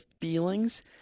feelings